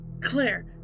Claire